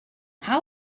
how